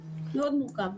זה דבר מאוד מורכב.